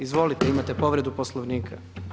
Izvolite imate povredu Poslovnika.